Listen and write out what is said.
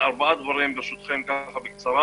אחוז דורשי העבודה מגיע לכ-18% כפי שנועם ציין.